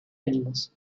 ánimos